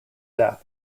death